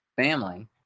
family